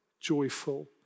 joyful